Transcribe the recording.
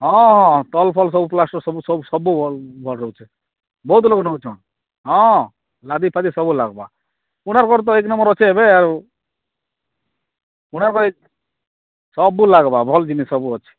ହଁ ହଁ ତଲୁ ଫଲୁ ସବୁ ପ୍ଳାଷ୍ଟର୍ ସବୁ ସବୁ ସବୁ ଭଲ ରହୁଛେ ବହୁତ ଲୋକ ନଉଛନ୍ ହଁ ଲାଇଟ୍ ଫାଇଟ୍ ସବୁ ଲାଗବା କୋଣାର୍କରୁ ତ ଏକ ନମ୍ବର୍ ଅଛି ଏବେ ଆଉ କୋଣାର୍କ ସବୁ ଲାଗବା ଭଲ ଜିନିଷ ସବୁ ଅଛି